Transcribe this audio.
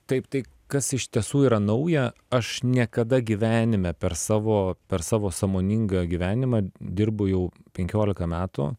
taip tai kas iš tiesų yra nauja aš niekada gyvenime per savo per savo sąmoningą gyvenimą dirbu jau penkiolika metų